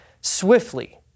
swiftly